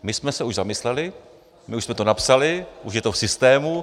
My jsme se už zamysleli, my už jsme to napsali, už je to v systému.